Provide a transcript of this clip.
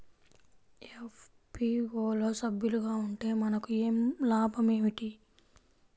FPO లో సభ్యులుగా ఉంటే మనకు లాభం ఏమిటి?